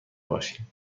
باشیم